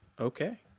Okay